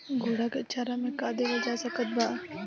घोड़ा के चारा मे का देवल जा सकत बा?